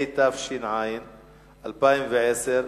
התש"ע 2010,